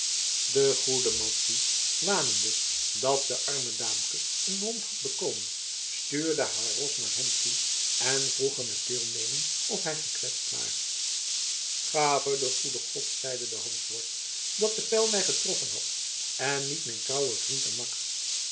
de goede madzy wanende dat de arme daamke een wond had bekomen stuurde haar ros naar hem toe en vroeg hem met deelneming of hij gekwetst ware gave de goede god zeide de hansworst dat de pijl mij getroffen had en niet mijn trouwen vriend en makker